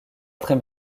très